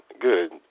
good